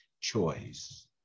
choice